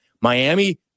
Miami